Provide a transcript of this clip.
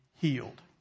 healed